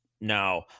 no